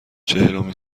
چهلمین